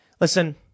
Listen